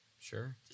sure